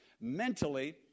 Mentally